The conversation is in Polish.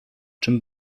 czym